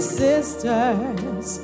sisters